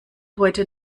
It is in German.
heute